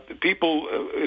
people